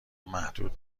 محدود